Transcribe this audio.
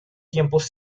tiempos